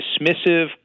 dismissive